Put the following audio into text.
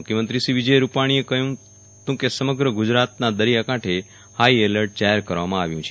મુખ્યમંત્રીએ કહ્યું હતું કે સમગ્ર ગુજરાતના દરિયાકાંઠે હાઈ એલર્ટ જાહેર કરવામાં આવ્યું છે